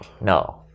No